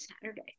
Saturday